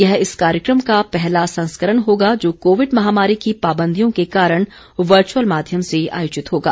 यह इस कार्यक्रम का पहला संस्करण होगा जो कोविड महामारी की पाबंदियों के कारण वर्चुअल माध्यम से आयोजित होगा